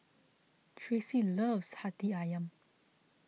Tracy loves Hati Ayam